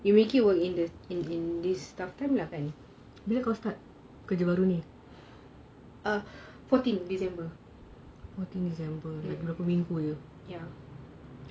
bila kau start kerja baru ini fourteen december berapa minggu jer